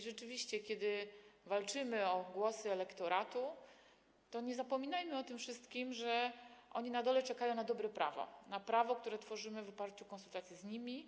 Rzeczywiście, kiedy walczymy o głosy elektoratu, to nie zapominajmy o tym, że oni na dole czekają na dobre prawo, na prawo, które tworzymy w oparciu o konsultacje z nimi.